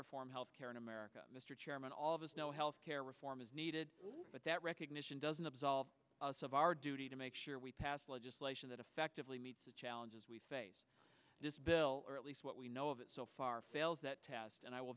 reform health care in america mr chairman all of us know health care reform is needed but that recognition doesn't absolve us of our duty to make sure we pass legislation that effectively meet the challenges we face this bill or at least what we know of it so far fails that test and i will